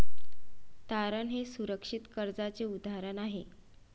तारण हे सुरक्षित कर्जाचे उदाहरण आहे